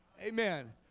Amen